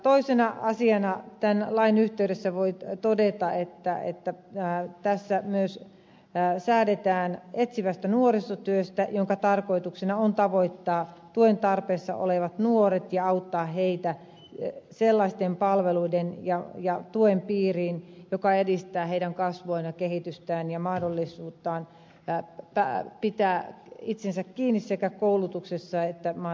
toisena asiana tämän lain yhteydessä voi todeta että tässä myös säädetään etsivästä nuorisotyöstä jonka tarkoituksena on tavoittaa tuen tarpeessa olevat nuoret ja auttaa heitä sellaisten palveluiden ja tuen piiriin joka edistää heidän kasvuaan ja kehitystään ja mahdollisuuttaan pitää itsensä kiinni sekä koulutuksessa että mahdollisesti työmarkkinoilla